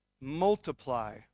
multiply